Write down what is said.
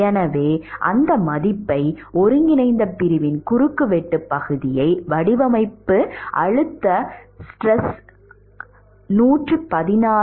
எனவே அந்த மதிப்பை ஒருங்கிணைந்த பிரிவின் குறுக்குவெட்டு பகுதியை டிசைன் கம்ப்ரசிவ் ஸ்ட்ரெஸ் 116